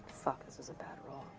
fuck, this is a bad roll.